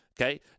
Okay